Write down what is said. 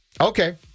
Okay